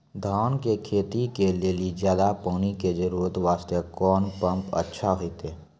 धान के खेती के लेली ज्यादा पानी के जरूरत वास्ते कोंन पम्प अच्छा होइते?